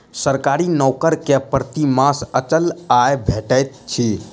सरकारी नौकर के प्रति मास अचल आय भेटैत अछि